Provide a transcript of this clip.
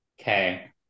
Okay